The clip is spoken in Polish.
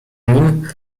nim